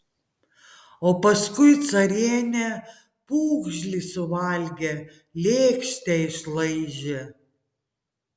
o paskui carienė pūgžlį suvalgė lėkštę išlaižė